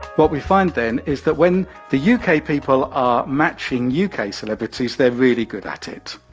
what we find then is that when the u k. people are matching u k. celebrities, they're really good at it.